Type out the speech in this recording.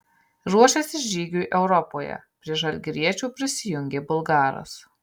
ruošiasi žygiui europoje prie žalgiriečių prisijungė bulgaras